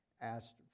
asked